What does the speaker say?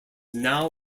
now